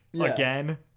again